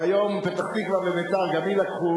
והיום פתח-תקווה ו"בית"ר" גם לקחו,